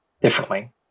differently